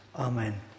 Amen